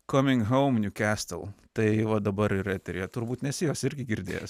coming home newcastle tai va dabar ir eteryje turbūt nesi jos irgi girdės